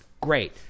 Great